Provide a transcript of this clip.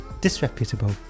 disreputable